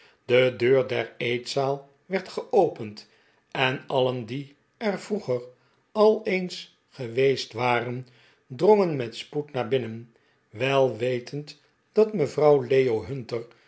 de deur der eetzaal werd geopend en alien die er vroeger al eens geweest waren drongen met spoed naar binnen wel wetend dat mevrouw leo hunter